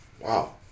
Wow